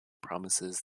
promises